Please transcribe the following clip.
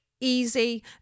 easy